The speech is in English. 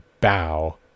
bow